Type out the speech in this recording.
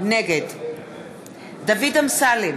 נגד דוד אמסלם,